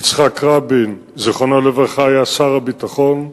יצחק רבין, זכרו לברכה, היה שר הביטחון,